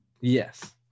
yes